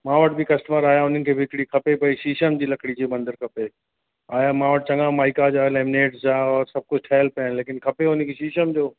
मां वटि बि कस्टमर आहिया उन्हनि खे बि हिकड़ी खपे पई शीशम जी लकड़ी जो मंदरु खपे आहिया मां वटि चङा माइका जा लेमीनेट जा औरि सभु कुझु ठहियलु पिया आहिनि लेकिन खपे उन खे शीशम जो